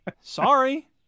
sorry